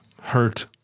hurt